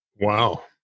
Wow